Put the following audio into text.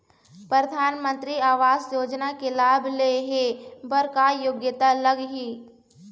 परधानमंतरी आवास योजना के लाभ ले हे बर का योग्यता लाग ही?